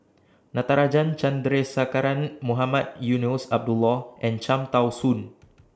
Natarajan Chandrasekaran Mohamed Eunos Abdullah and Cham Tao Soon